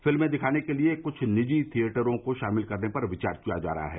फिल्में दिखाने के लिए कुछ निजी थिएटरॉ को शामिल करने पर विचार किया जा रहा है